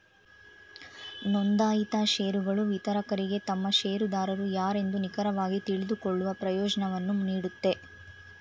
ನೊಂದಾಯಿತ ಶೇರುಗಳು ವಿತರಕರಿಗೆ ತಮ್ಮ ಶೇರುದಾರರು ಯಾರೆಂದು ನಿಖರವಾಗಿ ತಿಳಿದುಕೊಳ್ಳುವ ಪ್ರಯೋಜ್ನವನ್ನು ನೀಡುತ್ತೆ